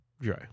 Dry